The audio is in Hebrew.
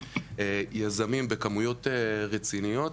יזמים בכמויות רציניות,